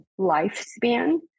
lifespan